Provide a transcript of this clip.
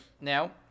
now